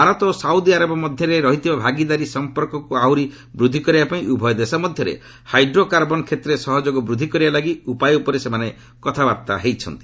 ଭାରତ ଓ Saudi Arab ମଧ୍ୟରେ ରହିଥିବା ଭାଗିଦାରୀ ସମ୍ପର୍କକୁ ଆହୁରି ବୃଦ୍ଧି କରିବାପାଇଁ ଉଭୟ ଦେଶ ମଧ୍ୟରେ ହାଇଡ୍ରୋ କାର୍ବନ୍ କ୍ଷେତ୍ରରେ ସହଯୋଗ ବୃଦ୍ଧି କରିବା ଲାଗି ଉପାୟ ଉପରେ ସେମାନେ କଥାବାର୍ତ୍ତା ହୋଇଛନ୍ତି